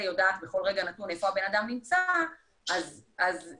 יודעת בכל רגע נתון איפה הבן אדם נמצא אז לכאורה,